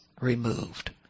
removed